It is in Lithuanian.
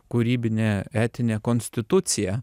kūrybine etine konstitucija